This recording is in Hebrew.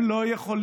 הם לא יכולים,